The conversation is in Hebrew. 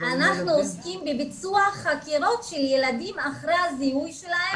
אנחנו עוסקים בביצוע חקירות של ילדים אחרי הזיהוי שלהם.